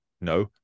No